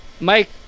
Mike